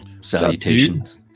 salutations